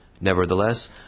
Nevertheless